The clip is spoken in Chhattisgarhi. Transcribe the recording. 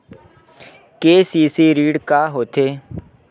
के.सी.सी ऋण का होथे?